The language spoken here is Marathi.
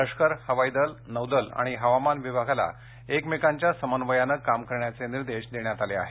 लष्कर हवाई दल नौदल आणि हवामान विभागाला एकमेकांच्या समन्वयानं काम करण्याचे निर्देश देण्यात आले आहेत